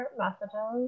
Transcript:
messages